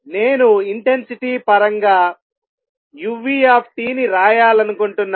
నేను ఇంటెన్సిటీ పరంగా uT ని రాయాలనుకుంటున్నాను